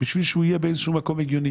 כדי שזה יהיה באיזשהו מקום הגיוני